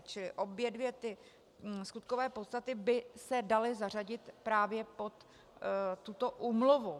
Čili obě dvě skutkové podstaty by se daly zařadit právě pod tuto úmluvu.